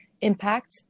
impact